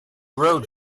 rode